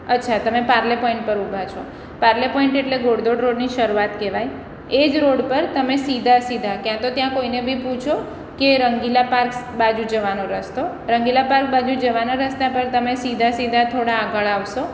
અચ્છા તમે પાર્લે પોઈન્ટ પર ઊભા છો પાર્લે પોઈન્ટ એટલે ઘોડદોડ રોડની શરૂઆત કહેવાય એજ રોળ પર તમે સીધા સીધા ક્યાં તો ત્યાં કોઈને બી પૂછો કે રંગીલા પાર્કસ બાજુ જવાનો રસ્તો રંગીલા પાર્ક બાજુ જવાના રસ્તા પર તમે સીધા સીધા થોડા આગળ આવશો